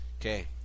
Okay